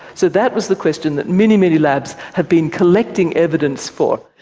so that was the question that many, many labs have been collecting evidence for.